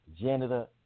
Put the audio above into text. Janitor